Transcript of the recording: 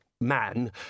man